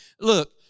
Look